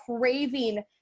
craving